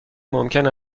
ممکن